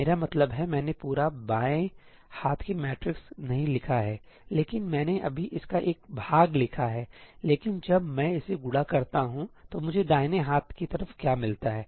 मेरा मतलब है मैंने पूरा बाएं हाथ की मैट्रिक्स नहीं लिखा हैलेकिन मैंने अभी इसका एक भाग लिखा हैलेकिन जब मैं इसे गुणा करता हूं तो मुझे दाहिने हाथ की तरफ क्या मिलता है